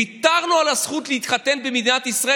ויתרנו על הזכות להתחתן במדינת ישראל,